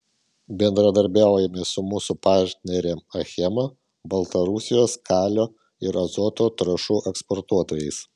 bendradarbiaujame su mūsų partnere achema baltarusijos kalio ir azoto trąšų eksportuotojais